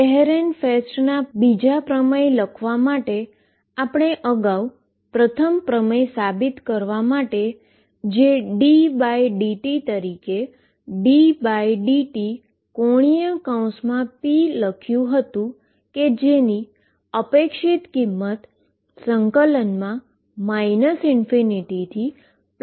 એહરેનફેસ્ટના થીયરમના બીજા પ્રમેય લખવા માટે આપણે અગાઉ પ્રથમ પ્રમેય સાબિત કરવા માટે ddt તરીકે ddt⟨p⟩ લખ્યુ હતુ